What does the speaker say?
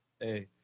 Hey